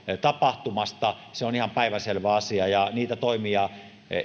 tapahtumasta se on ihan päivänselvä asia ja niitä toimia